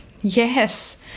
yes